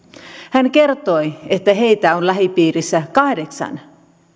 hän kertoi että heitä on lähipiirissä kahdeksan